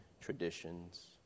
traditions